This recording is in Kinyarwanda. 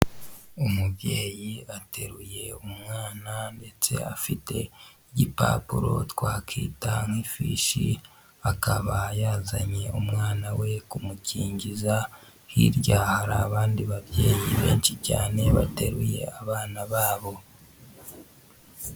Umubyeyi ateruye umwana ndetse afite igipapuro twakwita nk'ifishi akaba yazanye umwana we kumukingiza, hirya hari abandi babyeyi benshi cyane bateruye abana babo.